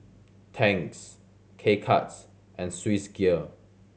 Tangs K Cuts and Swissgear